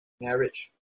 marriage